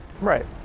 Right